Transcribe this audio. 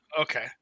Okay